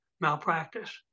malpractice